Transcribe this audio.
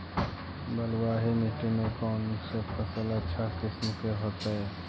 बलुआही मिट्टी में कौन से फसल अच्छा किस्म के होतै?